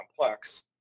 complex